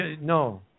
No